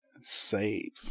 Save